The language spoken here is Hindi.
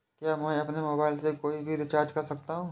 क्या मैं अपने मोबाइल से कोई भी रिचार्ज कर सकता हूँ?